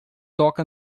toca